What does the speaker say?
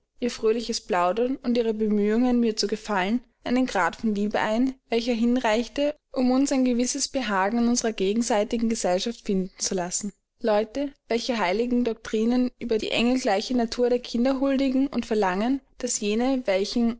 ihr fröhliches plaudern und ihre bemühungen mir zu gefallen einen grad von liebe ein welcher hinreichte um uns ein gewisses behagen an unserer gegenseitigen gesellschaft finden zu lassen leute welche heiligen doktrinen über die engelgleiche natur der kinder huldigen und verlangen daß jene welchen